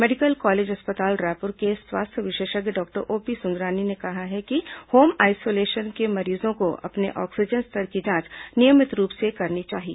medical college अस्पताल रायपुर के स्वास्थ्य विशेषज्ञ डॉक्टर ओपी सुंदरानी का कहना है कि होम आइसोलेशन के मरीजों को अपने ऑक्सीजन स्तर की जांच नियमित रूप से करनी चाहिए